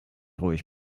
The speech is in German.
ruhig